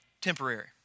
Temporary